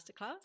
Masterclass